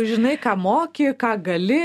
žinai ką moki ką gali